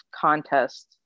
contest